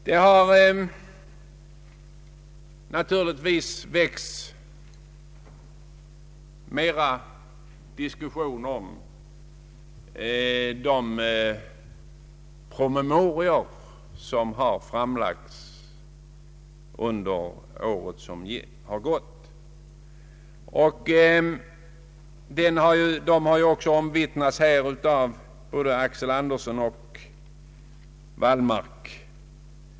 Det har naturligtvis förekommit diskussion om de promemorior som framlagts under det år som gått. Detta har också omvittnats av både herr Axel Andersson och herr Wallmark.